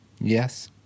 Yes